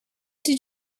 did